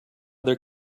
there